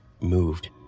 moved